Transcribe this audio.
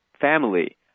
family